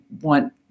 want